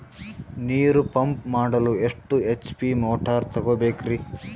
ನೀರು ಪಂಪ್ ಮಾಡಲು ಎಷ್ಟು ಎಚ್.ಪಿ ಮೋಟಾರ್ ತಗೊಬೇಕ್ರಿ?